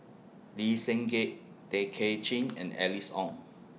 Lee Seng Gee Tay Kay Chin and Alice Ong